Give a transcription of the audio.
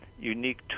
unique